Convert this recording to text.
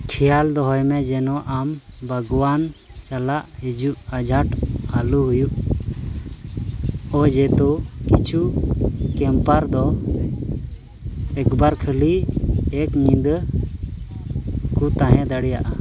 ᱠᱷᱮᱭᱟᱞ ᱫᱚᱦᱚᱭ ᱢᱮ ᱡᱮᱱᱚ ᱟᱢ ᱵᱟᱜᱽᱣᱟᱱ ᱪᱟᱞᱟᱜ ᱦᱤᱡᱩᱜ ᱟᱸᱡᱷᱟᱴ ᱟᱞᱚ ᱦᱩᱭᱩᱜ ᱚᱡᱮ ᱫᱚ ᱠᱤᱪᱷᱩ ᱠᱮᱢᱯᱟᱨ ᱫᱚ ᱮᱠᱵᱟᱨ ᱠᱷᱟᱹᱞᱤ ᱮᱹᱠ ᱧᱤᱫᱟᱹ ᱠᱚ ᱛᱟᱦᱮᱸ ᱫᱟᱲᱮᱭᱟᱜᱼᱟ